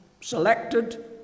selected